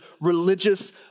religious